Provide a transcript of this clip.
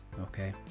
okay